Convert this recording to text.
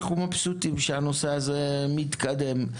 אנחנו מבסוטים שהנושא הזה מתקדם.